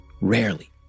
rarely